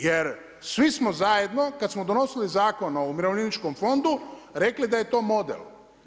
Jer svi smo zajedno kad smo donosili Zakon o umirovljeničkom fondu rekli da je to model.